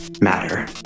matter